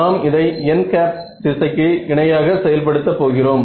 நாம் இதை n திசைக்கு இணையாக செயல் படுத்த போகிறோம்